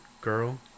girl